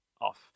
off